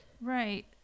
Right